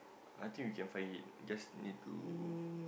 I think we can find it just need to